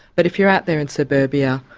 but if you're out there in suburbia,